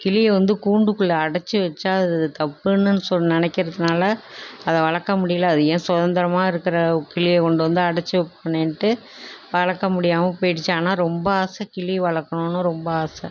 கிளியை வந்து கூண்டுக்குள்ளே அடச்சு வைச்சா அது தப்புன்னு ஸோ நினைக்கிறதுனால அதை வளர்க்க முடியிலை அது ஏன் சுதந்திரமா இருக்கிற கிளியை கொண்டு வந்து அடைச்சி வைப்பானேன்ட்டு வளர்க்க முடியாமல் போய்டுச்சு ஆனால் ரொம்ப ஆசை கிளி வளர்க்கணுன்னு ரொம்ப ஆசை